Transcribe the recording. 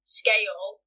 scale